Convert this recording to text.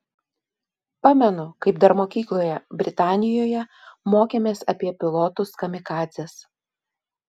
pamenu kaip dar mokykloje britanijoje mokėmės apie pilotus kamikadzes